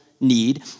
need